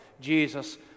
Jesus